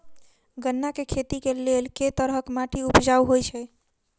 गन्ना केँ खेती केँ लेल केँ तरहक माटि उपजाउ होइ छै?